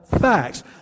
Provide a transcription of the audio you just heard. facts